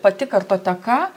pati kartoteka